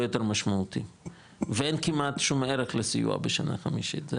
יותר משמעותיים ואין כמעט שום ערך לסיוע בשנה החמישית,